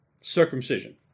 circumcision